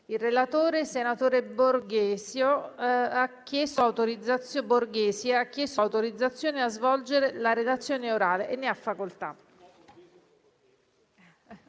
Il relatore, senatore Borghesi, ha chiesto l'autorizzazione a svolgere la relazione orale. Non facendosi